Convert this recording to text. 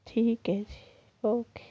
ਠੀਕ ਹੈ ਜੀ ਓਕੇ